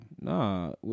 Nah